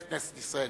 את כנסת ישראל.